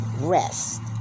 rest